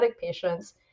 patients